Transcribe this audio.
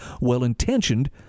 well-intentioned